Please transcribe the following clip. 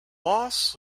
loss